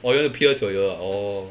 oh you want to pierce your ear ah orh